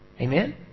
Amen